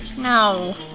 No